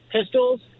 pistols